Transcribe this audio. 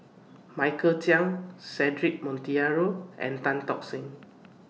Michael Chiang Cedric Monteiro and Tan Tock Seng